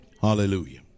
Hallelujah